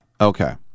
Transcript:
Okay